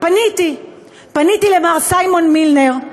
פניתי למר סיימון מילנר,